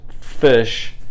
fish